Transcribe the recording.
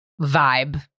vibe